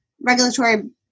Regulatory